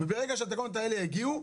וברגע שהתקנות האלה יגיעו,